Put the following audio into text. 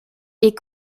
est